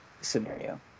scenario